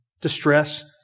distress